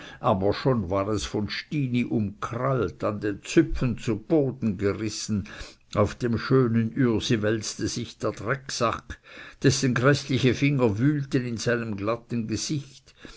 aber schon war es von stini umkrallt an den züpfen zu boden gerissen auf dem schönen ürsi wälzte sich der drecksack dessen gräßliche finger wühlten in seinem glatten gesicht